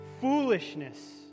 foolishness